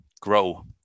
grow